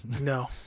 No